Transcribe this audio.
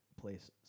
places